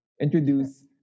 introduce